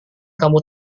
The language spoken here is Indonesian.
kamu